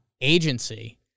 agency